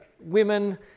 women